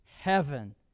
heaven